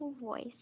voice